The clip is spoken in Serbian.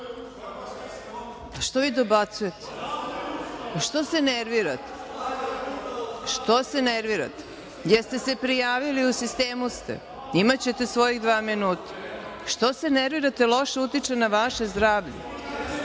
Što vi dobacujete? Što se nervirate? Što se nervirate? Jeste li se prijavili, u sistemu ste, imaće svojih dva minuta. Što se nervirate, loše utiče na vaše zdravlje. Sedite